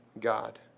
God